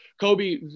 Kobe